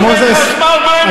הרב מוזס,